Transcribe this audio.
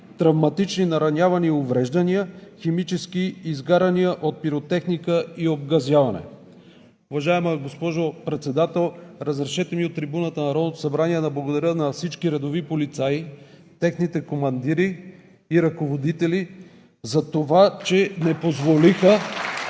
травматични наранявания и увреждания, химически изгаряния от пиротехника и обгазяване. Уважаема госпожо Председател, разрешете ми от трибуната на Народното събрание да благодаря на всички редови полицаи, техните командири и ръководители за това, че не позволиха